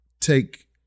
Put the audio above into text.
take